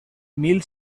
mil